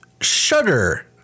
Shudder